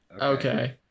Okay